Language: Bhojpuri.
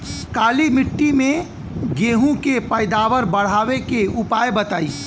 काली मिट्टी में गेहूँ के पैदावार बढ़ावे के उपाय बताई?